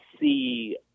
see